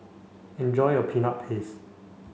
enjoy your peanut paste